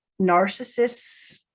Narcissists